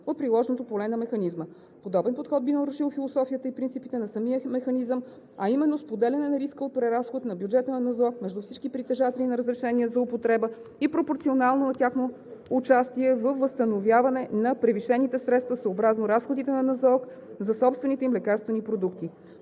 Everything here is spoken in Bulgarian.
от приложното поле на механизма. Подобен подход би нарушил философията и принципите на самия механизъм, а именно споделяне на риска от преразход на бюджета на Националната здравноосигурителна каса между всички притежатели на разрешения за употреба и пропорционално тяхно участие във възстановяване на превишените средства съобразно разходите на НЗОК за собствените им лекарствени продукти.